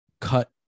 cut